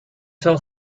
tell